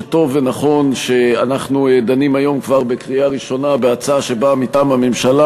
שטוב ונכון שאנחנו כבר דנים היום בקריאה ראשונה בהצעה שבאה מטעם הממשלה.